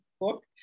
book